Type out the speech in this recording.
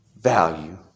value